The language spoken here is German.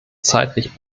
zeitlich